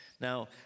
Now